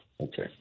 Okay